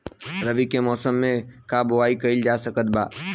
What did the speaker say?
रवि के मौसम में का बोआई कईल जा सकत बा?